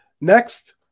Next